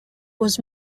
was